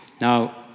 Now